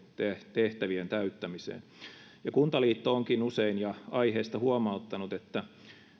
tehtävien täyttämiseen kuntaliitto onkin usein ja aiheesta huomauttanut että